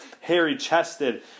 hairy-chested